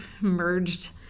merged